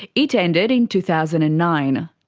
it ended in two thousand and nine.